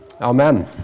Amen